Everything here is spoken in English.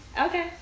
Okay